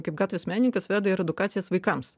kaip gatvės menininkas veda ir edukacijas vaikams